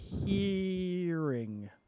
Hearing